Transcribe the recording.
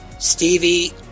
Stevie